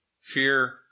Fear